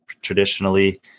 traditionally